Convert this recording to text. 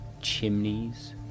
chimneys